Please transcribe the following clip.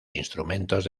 instrumentos